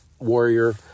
warrior